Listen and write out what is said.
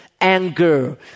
anger